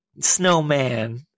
snowman